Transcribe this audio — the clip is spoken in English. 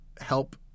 help